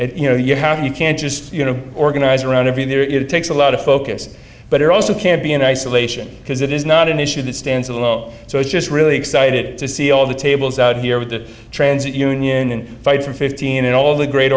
movement you know you have you can't just you know organize around it be there it takes a lot of focus but it also can be in isolation because it is not an issue that stands alone so it's just really excited to see all the tables out here with the transit union and fight for fifteen and all the great